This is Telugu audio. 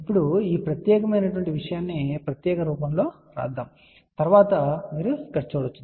ఇప్పుడు ఈ ప్రత్యేకమైన విషయాన్ని ఈ ప్రత్యేక రూపంలో వ్రాద్దాం లేదా మీరు తరువాత ఇక్కడ చూడవచ్చు